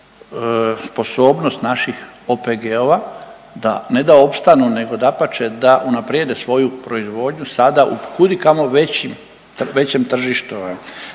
pitanju sposobnost naših OPG-ova da, ne da opstanu nego dapače da unaprijede svoju proizvodnju sada u kud i kamo većem tržištu